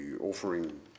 offering